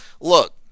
Look